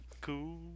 Cool